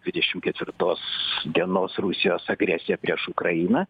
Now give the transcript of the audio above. dvidešim ketvirtos dienos rusijos agresiją prieš ukrainą